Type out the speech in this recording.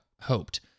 hoped